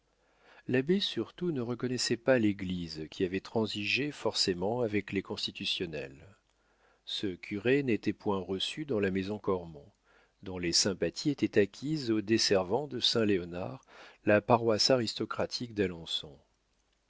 l'abbé surtout ne reconnaissait pas l'église qui avait transigé forcément avec les constitutionnels ce curé n'était point reçu dans la maison cormon dont les sympathies étaient acquises au desservant de saint léonard la paroisse aristocratique d'alençon